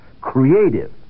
creative